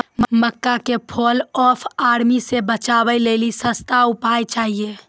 मक्का के fall of army से बचाबै लेली सस्ता उपाय चाहिए?